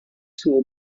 school